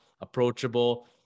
approachable